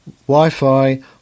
Wi-Fi